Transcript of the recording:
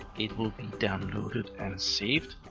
it will be downloaded and saved.